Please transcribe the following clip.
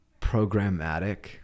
programmatic